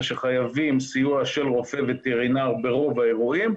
שחייבים סיוע של רופא וטרינר ברוב האירועים,